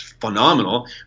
phenomenal